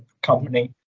company